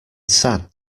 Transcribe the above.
sad